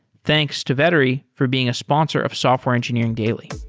thanks to vettery for being a sponsor of software engineering daily